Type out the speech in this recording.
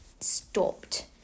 stopped